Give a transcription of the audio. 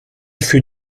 fut